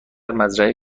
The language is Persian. مزرعه